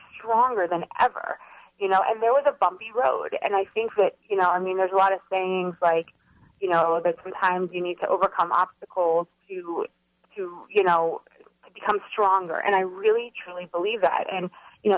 stronger than ever you know and there was a bumpy road and i think that you know i mean there's a lot of sayings like you know that sometimes you need to overcome obstacles to you know to become stronger and i really truly believe that and you know